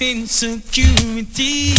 Insecurity